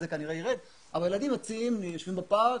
כנראה ירד אבל הילדים יוצאים ויושבים בפארק,